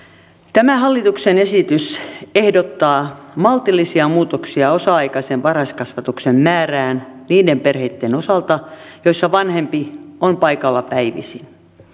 tämä hallituksen esitys ehdottaa maltillisia muutoksia osa aikaisen varhaiskasvatuksen määrään niiden perheitten osalta joissa vanhempi on paikalla päivisin